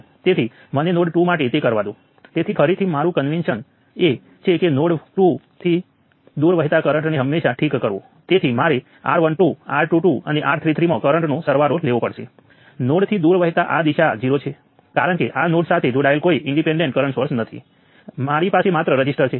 મારી પાસે G matrix છે જે 2 બાય 2 મેટ્રિક્સ હશે આ કિસ્સામાં મારી પાસે બે વેરિયેબલ V 1 અને V 2 છે અને તે નોડ્સ 1 અને 2 માં કરંટને ધકેલતા ઈન્ડિપેન્ડેન્ટ કરંટ સોર્સોના વેક્ટર સમાન હશે